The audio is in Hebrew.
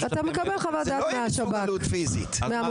אתה מקבל חוות דעת משב"כ מהמוסד,